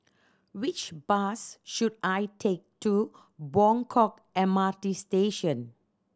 which bus should I take to Buangkok M R T Station